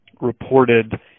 reported